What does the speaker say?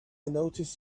notice